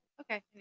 Okay